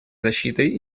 защитой